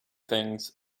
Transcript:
things